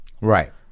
Right